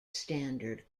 standard